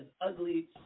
ugly